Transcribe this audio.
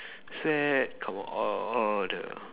sweat come out all all the